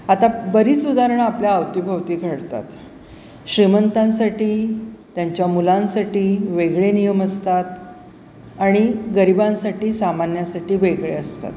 आता बरीच उदाहरणा आपल्या आवतीभावती घडतात श्रीमंतांसाठी त्यांच्या मुलांसाठी वेगळे नियम असतात आणि गरिबांसाठी सामान्यासाठी वेगळे असतात